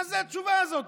מה זאת התשובה הזאת?